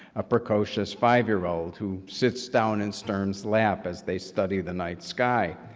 a precocious five year old, who sits down in stern's lap as they study the night sky.